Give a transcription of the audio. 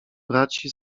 braci